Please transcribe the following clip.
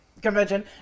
convention